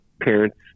parents